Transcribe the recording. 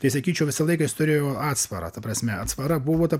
tai sakyčiau visą laiką jis turėjo atsvarą ta prasme atsvara buvo ta